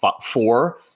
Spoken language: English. four